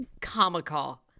comical